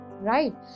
right